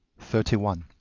thirty one.